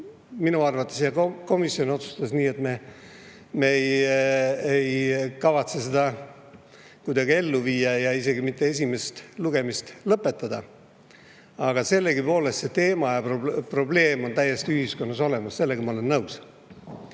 minu arvates ja ka komisjon otsustas nii – me ei kavatse kuidagi ellu viia, isegi mitte esimest lugemist lõpetada. Aga sellegipoolest see teema ja probleem on ühiskonnas täiesti olemas, sellega ma olen nõus.